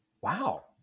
Wow